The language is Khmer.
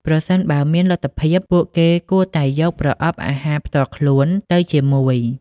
ប្រសិនបើមានលទ្ធភាព ពួកគេគួរតែយកប្រអប់អាហារផ្ទាល់ខ្លួនទៅជាមួយ។